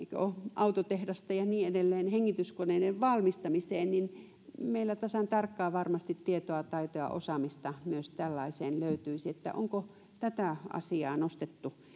autotehtaita ja niin edelleen hengityskoneiden valmistamiseen ja meillä tasan tarkkaan varmasti tietoa taitoa ja osaamista myös tällaiseen löytyisi onko tätä asiaa nostettu